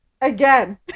again